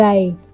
Right